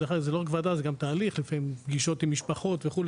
לפעמים פגישות עם משפחות וכו',